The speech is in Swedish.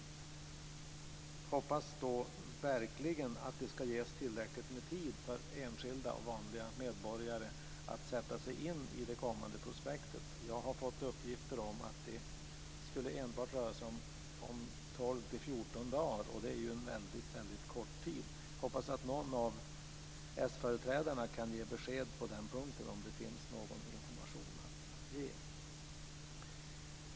Vi hoppas verkligen att det ska ges tillräckligt med tid, så att enskilda, vanliga medborgare hinner sätta sig in i prospektet. Jag har fått uppgifter om att det enbart skulle röra sig om 12 till 14 dagar, och det är en väldigt kort tid. Jag hoppas att någon av s-företrädarna kan ge något besked på den punkten - om det finns någon information att ge.